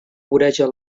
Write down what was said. voreja